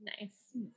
Nice